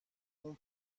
اون